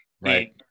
right